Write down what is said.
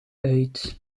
uit